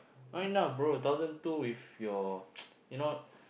right now bro thousand two with your you know